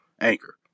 Anchor